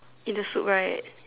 in the soup right